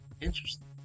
Interesting